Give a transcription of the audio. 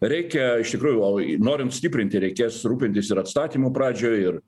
reikia iš tikrųjų norint stiprinti reikės rūpintis ir atstatymu pradžioj ir